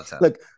Look